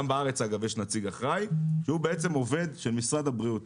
גם בארץ יש נציג אחראי - והוא בעצם עובד של משרד הבריאות.